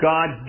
God